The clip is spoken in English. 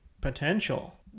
potential